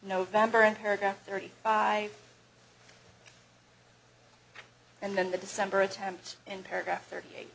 november and paragraph thirty five and then the december attempt in paragraph thirty eight